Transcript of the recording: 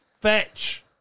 Fetch